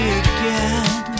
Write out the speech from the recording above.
again